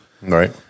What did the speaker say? Right